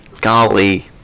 Golly